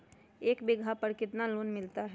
एक बीघा पर कितना लोन मिलता है?